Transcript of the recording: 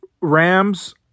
Rams